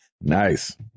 Nice